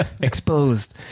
exposed